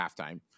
halftime